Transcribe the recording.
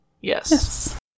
Yes